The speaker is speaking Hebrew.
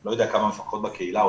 לא יודע כמה מפקחות בקהילה,